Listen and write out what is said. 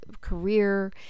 career